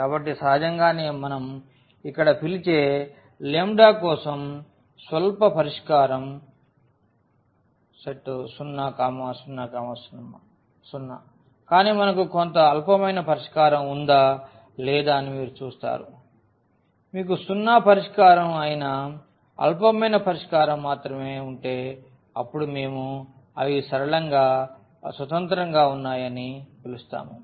కాబట్టి సహజంగానే మనం ఇక్కడ పిలిచే లాంబ్డా కోసం స్వల్ప పరిష్కారం 0 0 0 కానీ మనకు కొంత అల్పమైన పరిష్కారం ఉందా లేదా అని మీరు చూస్తారు మీకు సున్నా పరిష్కారం అయిన అల్పమైన పరిష్కారం మాత్రమే ఉంటే అప్పుడు మేము అవి సరళంగా స్వతంత్రంగా ఉన్నాయని పిలుస్తాము